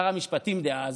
שר המשפטים דאז,